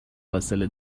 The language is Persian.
فاصله